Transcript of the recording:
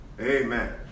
Amen